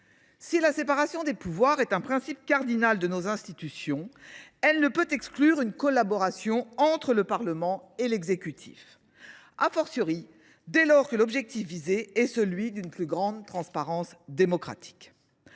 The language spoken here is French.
Si la séparation des pouvoirs est un principe cardinal de nos institutions, elle ne saurait exclure une collaboration entre le Parlement et l’exécutif, dès lors que l’objectif est celui d’une plus grande transparence démocratique.